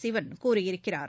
சிவன் கூறியிருக்கிறார்